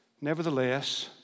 Nevertheless